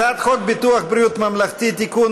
הצעת חוק ביטוח בריאות ממלכתי (תיקון,